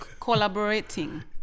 collaborating